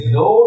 no